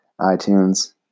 iTunes